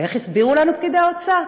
ואיך הסבירו לנו פקידי האוצר?